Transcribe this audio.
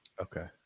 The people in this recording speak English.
Okay